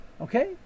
Okay